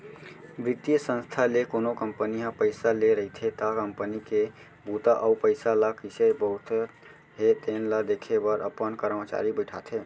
बित्तीय संस्था ले कोनो कंपनी ह पइसा ले रहिथे त कंपनी के बूता अउ पइसा ल कइसे बउरत हे तेन ल देखे बर अपन करमचारी बइठाथे